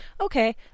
Okay